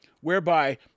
whereby